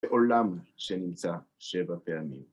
בעולם שנמצא שבע פעמים.